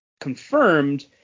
confirmed